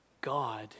God